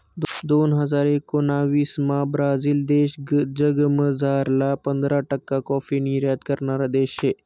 दोन हजार एकोणाविसमा ब्राझील देश जगमझारला पंधरा टक्का काॅफी निर्यात करणारा देश शे